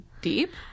deep